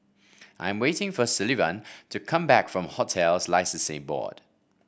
I'm waiting for Sullivan to come back from Hotels Licensing Board